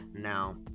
Now